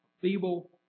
feeble